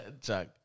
Chuck